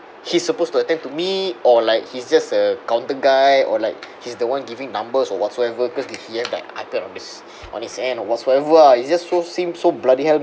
he's supposed to attend to me or like he's just a counter guy or like he's the one giving numbers or whatsoever because he have the ipad on his on his hand or whatsoever ah he just so seem so bloody hell